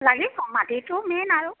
লাগিব মাটিটো মেইন আৰু